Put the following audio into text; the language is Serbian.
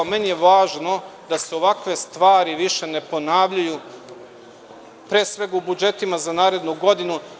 Meni je važno da se ovakve stvari više ne ponavljaju pre svega u budžetima za narednu godinu.